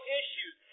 issues